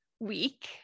Week